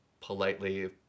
politely